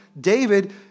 David